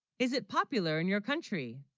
is it popular in your country